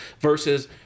versus